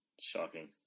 Shocking